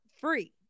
free